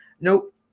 Nope